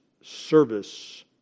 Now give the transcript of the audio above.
service